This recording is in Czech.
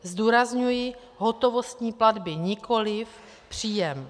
Zdůrazňuji, hotovostní platby, nikoli příjem.